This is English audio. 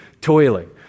toiling